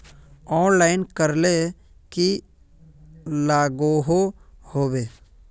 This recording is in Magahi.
ऑनलाइन करले की लागोहो होबे?